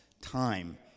time